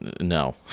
No